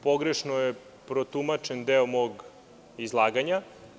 Pogrešno je protumačen deo mog izlaganja.